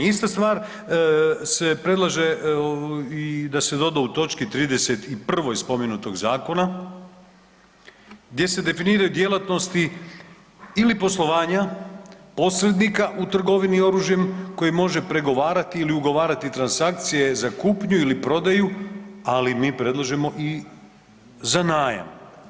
Ista stvar se predlaže da se doda u točki 31. spomenutog zakona gdje se definiraju djelatnosti ili poslovanja posrednika u trgovini oružjem koji može pregovarati ili ugovarati transakcije za kupnju ili prodaju, ali mi predlažemo i za najam.